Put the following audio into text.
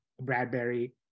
Bradbury